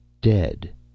dead